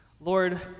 Lord